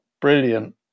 brilliant